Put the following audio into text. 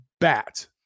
bat